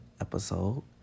episode